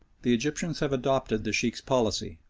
the egyptians have adopted the sheikh's policy,